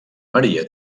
maria